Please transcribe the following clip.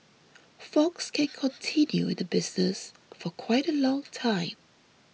fox can continue in the business for quite a long time